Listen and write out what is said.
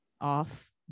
off